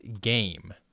game